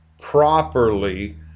properly